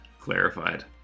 clarified